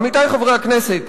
עמיתי חברי הכנסת,